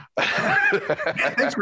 Thanks